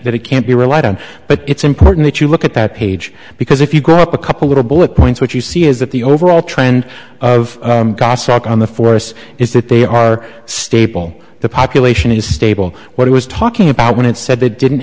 it can't be relied on but it's important that you look at that page because if you grow up a couple little bullet points what you see is that the overall trend of goshawk on the force is that they are stable the population is stable what he was talking about when it said they didn't